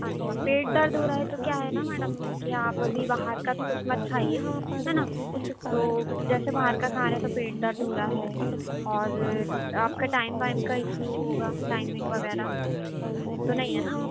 अच्छा पेट दर्द हो रहा है तो क्या है न मैडम कि आप अभी बाहर का तो कुछ मत खाइए है न तो जैसे बाहर का खाना है तो पेट दर्द हो रहा है और आपका टाइम वाइम का इशू होगा टाइमिंग वगैरह तो नहीं है न